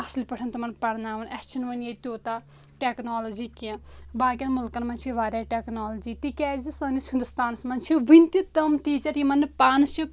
اَصٕل پٲٹھۍ تِمَن پَرناوان اَسہِ چھُنہٕ وٕنہِ ییٚتہِ تیوٗتاہ ٹیکنالوجی کینٛہہ باقیَن ملکَن منٛز چھِ واریاہ ٹیکنالجی تِکیازِ سٲنِس ہِندُستانَس منٛز چھِ وٕنہِ تہِ تِم ٹیٖچَر یِمَن نہٕ پانَس چھِ